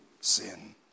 sin